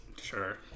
Sure